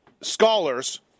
scholars